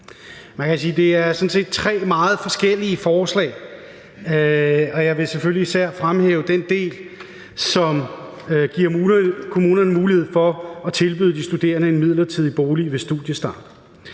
set er tre meget forskellige forslag, og jeg vil selvfølgelig især fremhæve den del, som giver kommunerne mulighed for at tilbyde de studerende en midlertidig bolig ved studiestart.